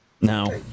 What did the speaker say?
no